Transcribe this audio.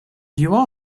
you